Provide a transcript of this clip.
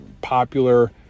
popular